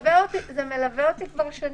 וזה מלווה אותי כבר שנים.